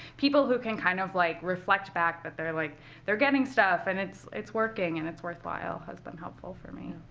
people who can kind of like reflect back but that like they're getting stuff and it's it's working and it's worthwhile has been helpful for me.